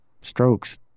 strokes